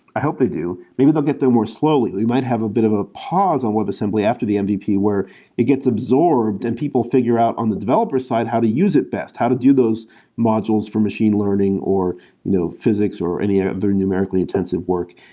i hope they do. maybe they'll get there more slowly. they might have a bit of a pause on webassembly after the mvp, where it gets absorbed and people figure out on the developer s side how to use it best, how to do those modules from machine learning, or you know physics, or any ah other numerically-intensive work,